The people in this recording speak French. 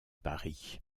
paris